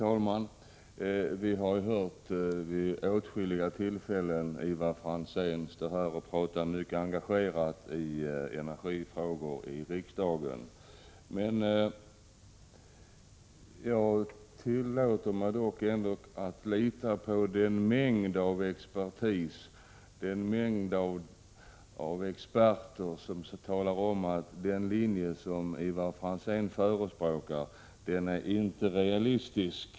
Herr talman! Vi har vid åtskilliga tillfällen här i riksdagen hört Ivar Franzén tala mycket engagerat i energifrågor. Jag tillåter mig dock att lita på den mängd av experter som talar om att den linje som Ivar Franzén förespråkar inte är realistisk.